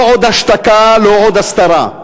לא עוד השתקה, לא עוד הסתרה.